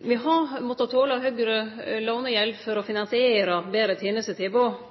Me har mått tole høgare lånegjeld for å finansiere betre